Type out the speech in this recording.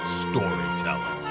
storytelling